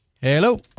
Hello